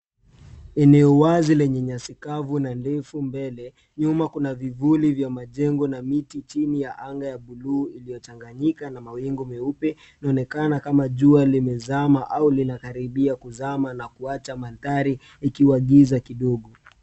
Eneo wazi Lenye nyasi kavu na ndefu huku mbele nyuma kuna vifuli vya majengo chini ya anga ya blue iliochanganyika na mawingu meupe inaonekana kama jua limezama au linakaribia kuzama na kuwacha mandhari ikiwa giza kidogo.